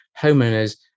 homeowners